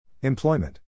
Employment